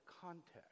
context